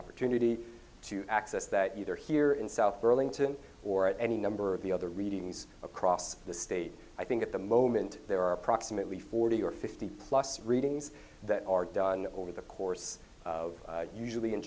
opportunity to access that either here in south burlington or any number of the other readings across the state i think at the moment there are approximately forty or fifty plus readings that are done over the course of usually in